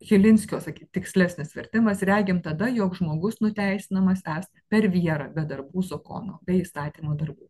chilinskio sak tikslesnis vertimas regime tada joks žmogus nuteisinamas esą per vierą be darbų zakono bei statymo darbų